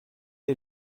est